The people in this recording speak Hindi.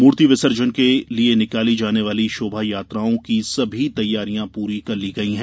मुर्ति विसर्जन के लिए निकाली जाने वाली शोभायात्राओं की सभी तैयारियां पुरी कर ली गई हैं